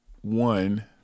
one